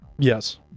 Yes